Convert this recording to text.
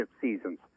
seasons